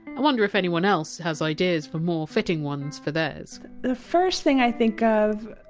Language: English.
i wonder if anyone else has ideas for more fitting ones for theirs the first thing i think of,